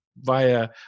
via